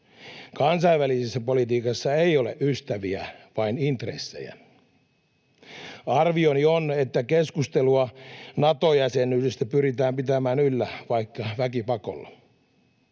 Kansainvälisessä politiikassa ei ole ystäviä, vain intressejä. Arvioni on, että keskustelua Nato-jäsenyydestä pyritään pitämään yllä vaikka väkipakolla.